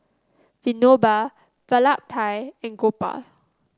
Vinoba Vallabhbhai and Gopal